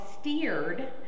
steered